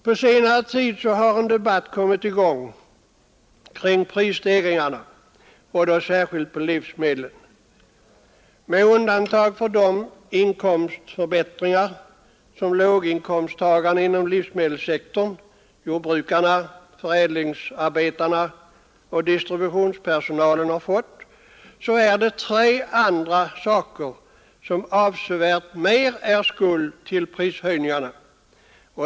På senare tid har en debatt kommit i gång kring prisstegringarna, och då särskilt på livsmedel. Med undantag för de inkomstförbättringar som låginkomsttagarna inom livsmedelssektorn, jordbrukarna, förädlingsarbetarna och distributionspersonalen, har fått, så är det tre andra faktorer som bär en avsevärt större skuld till prishöjningarna.